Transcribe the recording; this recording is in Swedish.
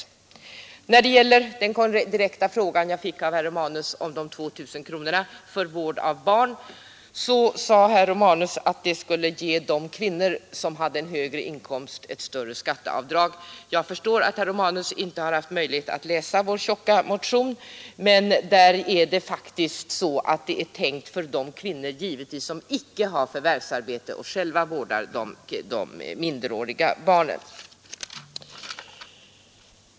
Herr Romanus ställde en direkt fråga till mig om de 2 000 kronorna för vård av barn, och herr Romanus sade att det skulle ge de kvinnor som har en högre inkomst ett större skatteavdrag. Jag förstår att herr Romanus inte haft möjlighet att läsa vår tjocka motion, men där står det faktiskt att detta givetvis är tänkt för de kvinnor som inte har förvärvsarbete och själva vårdar de minderåriga barnen.